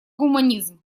гуманизм